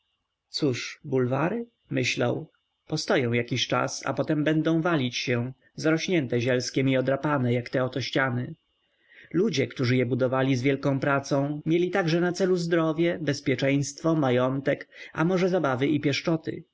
cóż bulwary myślał postoją jakiś czas a potem będą walić się zarośnięte zielskiem i odrapane jak te oto ściany ludzie którzy je budowali z wielką pracą mieli także na celu zdrowie bezpieczeństwo majątek a może zabawy i pieszczoty